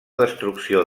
destrucció